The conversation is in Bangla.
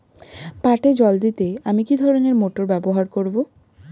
পাটে জল দিতে আমি কি ধরনের মোটর ব্যবহার করব?